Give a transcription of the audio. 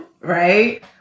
right